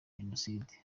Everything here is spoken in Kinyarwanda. jenoside